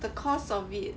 the cost of it